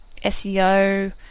SEO